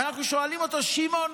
ואנחנו שואלים אותו: שמעון,